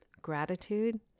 gratitude